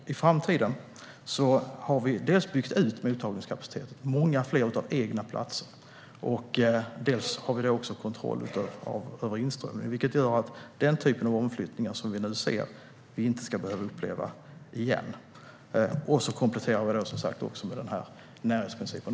Inför framtiden har vi byggt ut mottagningskapaciteten och har många fler egna platser. Vi har också kontroll över inströmningen. Det gör att vi inte igen ska behöva uppleva den typ av omflyttningar vi nu ser. Vi kompletterar också med närhetsprincipen.